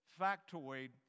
factoid